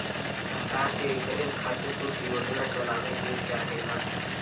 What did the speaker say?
सरकार के इकरे खातिर कुछ योजना चलावे के चाहेला